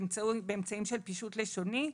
באמצעים של פישוט לשוני,